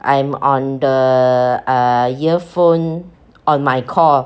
I'm on the err earphone on my call